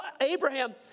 Abraham